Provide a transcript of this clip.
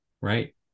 right